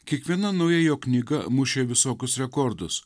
kiekviena nauja jo knyga mušė visokius rekordus